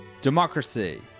Democracy